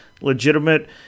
legitimate